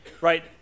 right